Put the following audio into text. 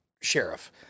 sheriff